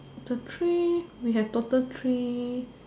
it's a three we have total three